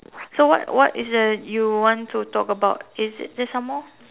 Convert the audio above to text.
so what what is the you want to talk about is there some more